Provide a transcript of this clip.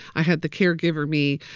i had the caregiver me.